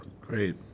Great